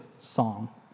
song